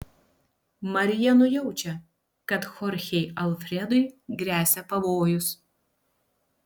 marija nujaučia kad chorchei alfredui gresia pavojus